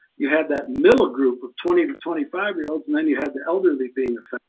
you had that middle group of twenty to twenty five year olds, and then you had the elderly being